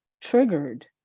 triggered